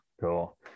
Cool